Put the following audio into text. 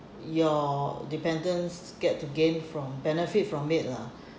your dependents get to gain from benefit from it lah